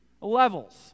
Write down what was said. levels